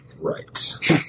Right